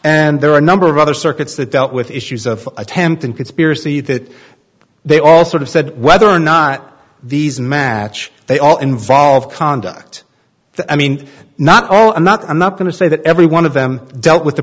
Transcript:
and there are a number of other circuits that dealt with issues of attempting conspiracy that they all sort of said whether or not these match they all involve conduct the i mean not oh i'm not i'm not going to say that every one of them dealt with the